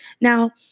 Now